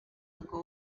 ago